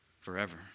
forever